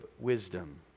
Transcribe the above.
wisdom